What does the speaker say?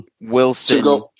Wilson